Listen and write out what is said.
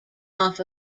off